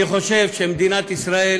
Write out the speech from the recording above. אני חושב שמדינת ישראל